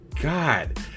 God